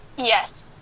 Yes